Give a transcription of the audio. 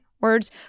words